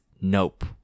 nope